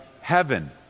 heaven